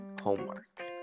homework